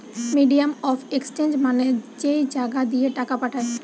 medium of exchange মানে যেই জাগা দিয়ে টাকা পাঠায়